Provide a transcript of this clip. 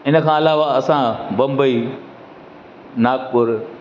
हिन खां अलावा असां बम्बई नागपुर